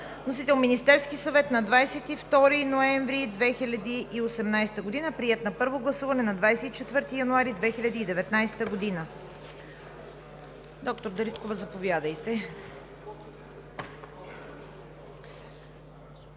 Вносител е Министерският съвет на 22 ноември 2018 г. Приет е на първо гласуване на 24 януари 2019 г. Доктор Дариткова, заповядайте.